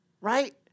right